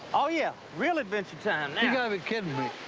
oh, yeah. real adventure time now.